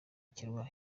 kirwa